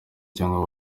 cyangwa